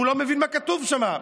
הוא לא מבין מה כתוב שם.